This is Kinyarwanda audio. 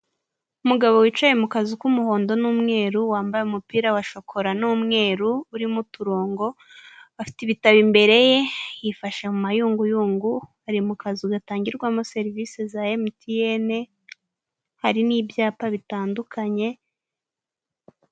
Umugabo wicaye mu kazu k'umuhondo n'umweru wambaye umupira wa shokora n'umweru urimo uturongo afite ibitabo imbere ye yifashe mu mayunguyungu ari mu kazu gatangirwamo serivisi za emutiyene hari n'ibyapa bitandukanye.